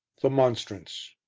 the monstrance